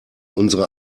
unsere